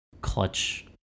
clutch